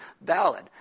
valid